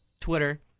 Twitter